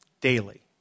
daily